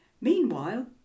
Meanwhile